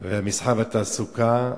המסחר והתעסוקה,